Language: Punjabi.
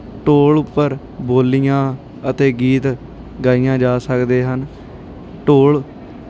ਢੋਲ ਉੱਪਰ ਬੋਲੀਆਂ ਅਤੇ ਗੀਤ ਗਾਈਆਂ ਜਾ ਸਕਦੇ ਹਨ ਢੋਲ